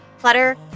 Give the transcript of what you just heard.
Clutter